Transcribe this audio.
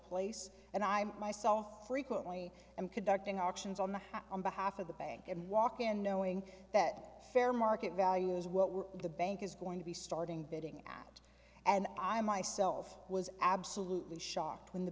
place and i'm myself frequently and conducting auctions on the house on behalf of the bank and walk in knowing that fair market value is what we're the bank is going to be starting bidding at and i myself was absolutely shocked when the